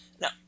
Now